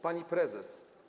Pani Prezes!